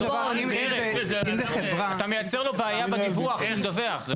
אם זה חברה --- אתה מייצר לו בעיה בדיווח שהוא מדווח.